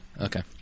Okay